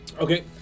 Okay